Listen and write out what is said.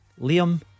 Liam